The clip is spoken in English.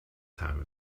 time